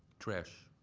trash,